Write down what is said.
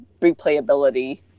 replayability